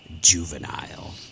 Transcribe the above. juvenile